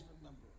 remember